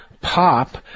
pop